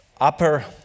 upper